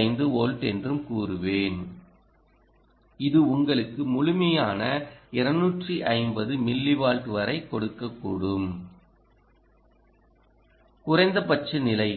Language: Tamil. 25 வோல்ட் என்று கூறுவேன்இது உங்களுக்கு முழுமையான 250 மில்லிவால்ட் வரை கொடுக்கக்கூடும் குறைந்தபட்ச நிலை